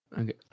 Okay